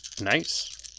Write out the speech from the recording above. Nice